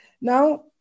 Now